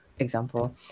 example